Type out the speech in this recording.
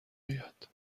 آید